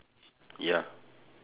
ya